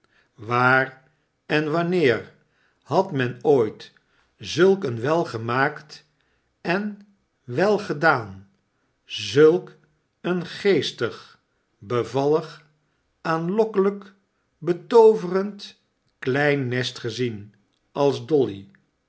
waar en wanneer had men ooit zulk een welgemaakt en welgedaan zulk een geestig bevallig aanlokkelijk betooverend klein nest gezien als doily